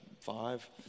five